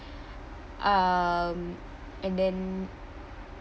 um and then